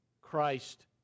Christ